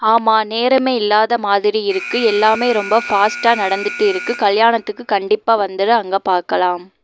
ஆமாம் நேரமே இல்லாத மாதிரி இருக்குது எல்லாமே ரொம்ப ஃபாஸ்ட்டாக நடந்துட்டு இருக்குது கல்யாணத்துக்கு கண்டிப்பாக வந்துடு அங்கே பார்க்கலாம்